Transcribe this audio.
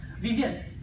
Vivian